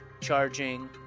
charging